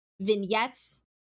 vignettes